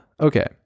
okay